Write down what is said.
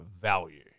value